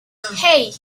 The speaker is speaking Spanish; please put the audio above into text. hey